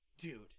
Dude